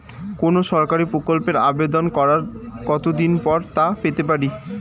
কোনো সরকারি প্রকল্পের আবেদন করার কত দিন পর তা পেতে পারি?